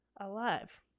Alive